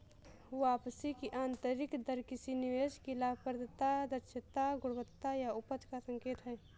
वापसी की आंतरिक दर किसी निवेश की लाभप्रदता, दक्षता, गुणवत्ता या उपज का संकेत है